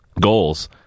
goals